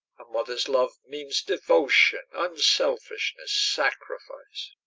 a mother's love means devotion, unselfishness, sacrifice.